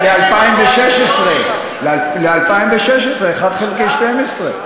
זה כדי לבזבז את הימים כדי שה-1 חלקי 12 יישאר,